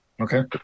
Okay